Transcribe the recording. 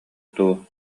дуу